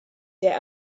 der